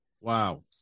Wow